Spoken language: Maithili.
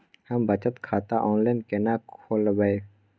हम बचत खाता ऑनलाइन केना खोलैब?